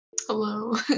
Hello